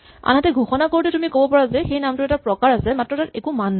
আনহাতে ঘোষণা কৰোতে তুমি ক'ব পাৰা যে এই নামটোৰ এটা প্ৰকাৰ আছে মাত্ৰ তাত একো মান নাই